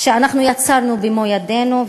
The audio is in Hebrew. שאנחנו יצרנו במו-ידינו,